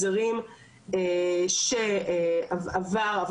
שעברה תקופה מסוימת ממועד תום התקופה